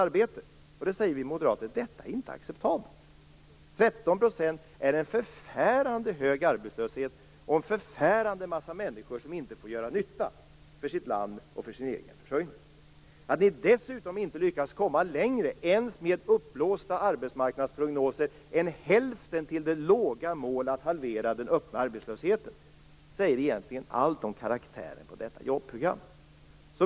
Vi moderater säger att det inte är acceptabelt. 13 % är en förfärande hög arbetslöshet, och det är förskräckligt många människor som inte får göra nytta för sitt land och för sin egen försörjning. Att ni dessutom inte lyckas komma längre ens med uppblåsta arbetsmarknadsprognoser än till hälften av det låga målet att halvera den öppna arbetslösheten säger egentligen allt om karaktären på detta jobbprogram.